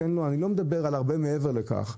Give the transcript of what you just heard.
אני לא מדבר על הרבה מעבר לכך,